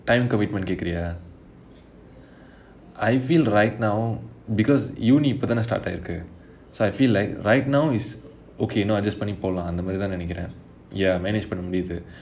time commitment கேக்குறியா:kekkuriyaa I feel right now because university இப்போதானே:ippothaanae start ஆயிருக்கு:aayirukku so I feel like right now is okay இன்னும்:innum adjust பண்ணி போலாம் அந்த மாதிரிதான் நினைக்குறேன்:panni polaam antha maathiri thaan ninaikkuraen ya manage பண்ண முடியாது:panna mudiyathu